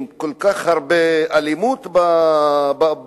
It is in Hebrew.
עם כל כך הרבה אלימות בחברה.